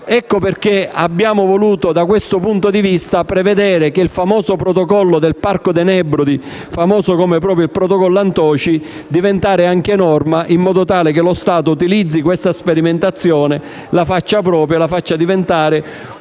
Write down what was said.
Ecco perché abbiamo voluto, da questo punto di vista, prevedere che il famoso protocollo del Parco dei Nebrodi, noto proprio come protocollo Antoci, diventasse anche norma, in modo che lo Stato possa autorizzare questa sperimentazione, farla propria e la faccia diventare